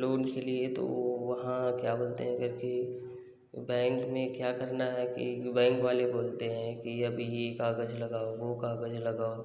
loan के लिए तो वो वहाँ क्या बोलते हैं करके बैंक में क्या करना है कि बैंक वाले बोलते हैं कि अभी ये कागज लगाओ वो कागज लगाओ